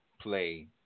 play